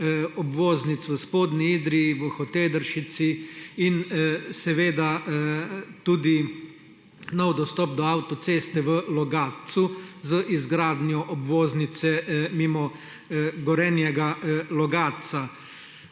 obvoznic v spodnji Idriji, v Hotedršici in seveda tudi nov dostop do avtoceste v Logatcu z izgradnjo obvoznice mimo Gorenjega Logatca.